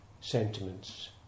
sentiments